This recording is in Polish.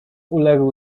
uległ